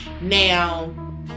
Now